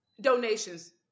donations